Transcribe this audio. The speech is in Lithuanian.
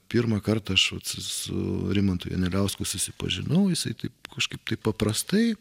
pirmą kartą aš vat su rimantu janeliausku susipažinau jisai taip kažkaip taip paprastai